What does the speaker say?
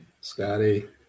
Scotty